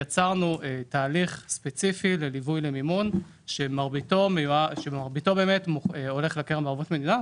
יצרנו תהליך ספציפי לליווי שמרביתו הולך לקרן בערבות מדינה,